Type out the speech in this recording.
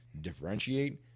differentiate